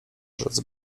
rzec